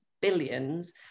billions